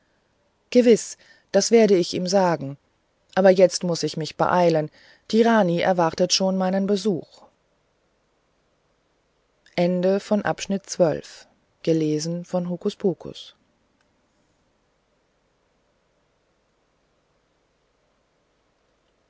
gewiß das werde ich ihm sagen aber jetzt muß ich mich beeilen die rani erwartet schon meinen besuch